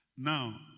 Now